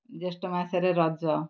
ଜ୍ୟେଷ୍ଠ ମାସରେ ରଜ